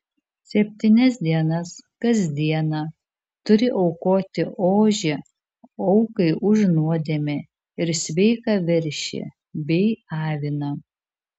septynias dienas kas dieną turi aukoti ožį aukai už nuodėmę ir sveiką veršį bei aviną